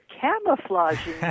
camouflaging